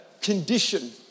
condition